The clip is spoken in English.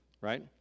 right